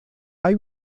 hay